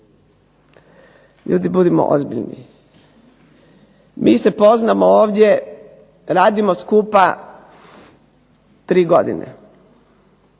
Ljudi budimo ozbiljni. Mi se poznamo ovdje, radimo skupa 3 godine.